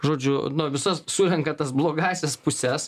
žodžiu na visas surenka tas blogąsias puses